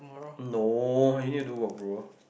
no you need to do work bro